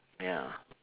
ya